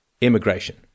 immigration